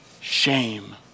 shame